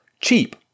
cheap